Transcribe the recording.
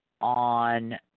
on